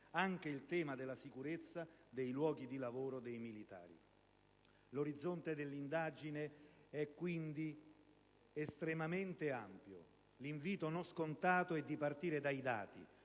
anche il tema della sicurezza dei luoghi di lavoro dei militari. L'orizzonte dell'indagine è quindi estremamente ampio. L'invito, non scontato, è di partire dai dati.